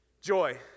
joy